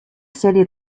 serie